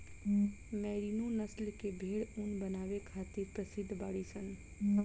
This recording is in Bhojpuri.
मैरिनो नस्ल के भेड़ ऊन बनावे खातिर प्रसिद्ध बाड़ीसन